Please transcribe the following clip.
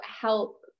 help